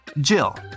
Jill